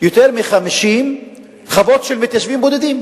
יותר מ-50 חוות של מתיישבים בודדים,